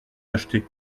acheter